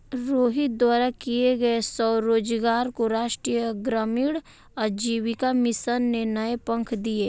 रोहित द्वारा किए गए स्वरोजगार को राष्ट्रीय ग्रामीण आजीविका मिशन ने नए पंख दिए